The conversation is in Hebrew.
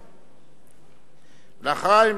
ואחריו,